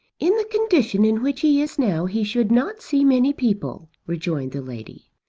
in the condition in which he is now he should not see many people, rejoined the lady.